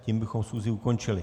Tím bychom schůzi ukončili.